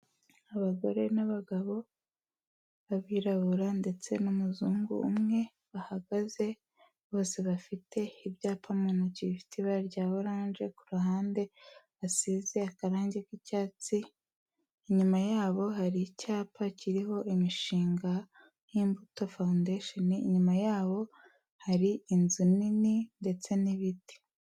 Abagore n'abagabo b'abirabura ndetse n'umuzungu umwe bahagaze, bose bafite ibyapa mu ntoki bifite ibara rya oranje, kuhande basize akarange k'icyatsi, inyuma yabo hari icyapa kiriho imishinga y'Imbuto foundation, inyuma yabo hari inzu nini, ndetse n'ibiti.